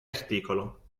articolo